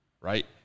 Right